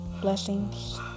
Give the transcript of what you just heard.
blessings